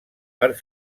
per